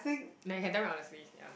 like you can tell me honestly ya